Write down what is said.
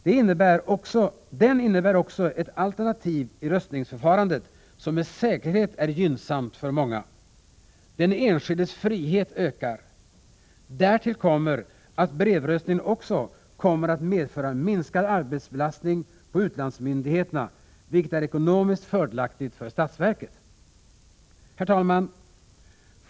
Den innebär också ett alternativ i röstningsförfarandet, som med säkerhet är gynnsamt för många. Den enskildes frihet ökar. Därtill kommer att brevröstningen också kommer att medföra minskad arbetsbelastning på utlandsmyndigheterna, vilket är ekonomiskt fördelaktigt för statsverket. Herr talman!